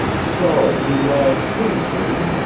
so he lied, too, did he?